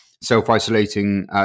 self-isolating